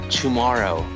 tomorrow